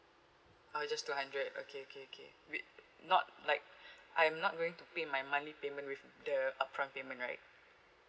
oh it's just two hundred okay okay okay with not like I'm not going to pay my monthly payment with the upfront payment right